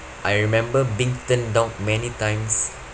I remember being turned down many times